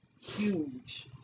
huge